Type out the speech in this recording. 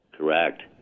Correct